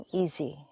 easy